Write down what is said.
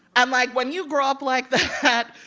and like, when you grow up like that,